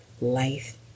life